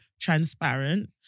transparent